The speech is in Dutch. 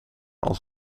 als